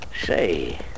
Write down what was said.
Say